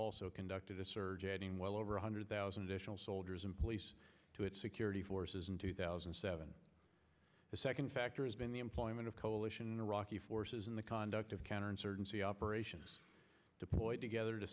also conducted a surge adding well over one hundred thousand additional soldiers and police to its security forces in two thousand and seven the second factor has been the employment of coalition and iraqi forces in the conduct of counterinsurgency operations deployed together to